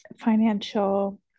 financial